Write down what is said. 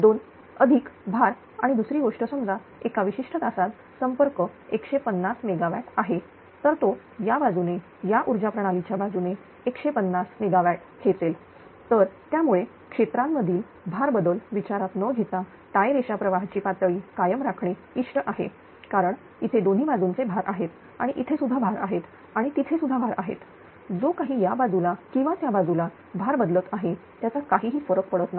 12 अधिक भार आणि दुसरी गोष्ट समजा एका विशिष्ट तासात संपर्क 150 MW आहे तर तो या बाजूने या ऊर्जा प्रणालीच्या बाजूने 150 MW खेचेल तर त्यामुळे क्षेत्रांमधील भार बदल विचारात न घेता टाय रेषा प्रवाहाची पातळी कायम राखणे इष्ट आहे कारण इथे दोन्ही बाजूंचे भार आहेत आणि इथे सुद्धा भार आहेत आणि तिथे सुद्धा भार आहेत जो काही या बाजूला किंवा त्या बाजूला भार बदलत आहे त्याचा काहीही फरक पडत नाही